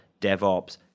DevOps